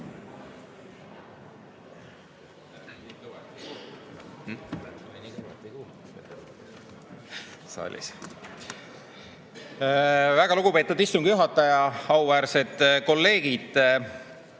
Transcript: Väga lugupeetud istungi juhataja! Auväärsed kolleegid!